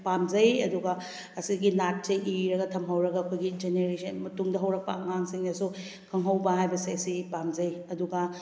ꯄꯥꯝꯖꯩ ꯑꯗꯨꯒ ꯑꯁꯤꯒꯤ ꯅꯥꯠꯁꯦ ꯏꯔꯥꯒ ꯊꯝꯍꯧꯔꯒ ꯑꯩꯈꯣꯏꯒꯤ ꯖꯦꯅꯔꯦꯁꯟ ꯃꯇꯨꯡꯗ ꯍꯧꯔꯛꯄ ꯑꯉꯥꯡꯁꯤꯡꯅꯁꯨ ꯈꯪꯍꯧꯕ ꯍꯥꯏꯕꯁꯦ ꯑꯁꯤꯒꯤ ꯄꯥꯝꯖꯩ ꯑꯗꯨꯒ